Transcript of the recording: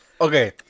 Okay